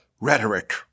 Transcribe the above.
rhetoric